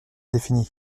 définit